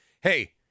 hey